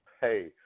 hey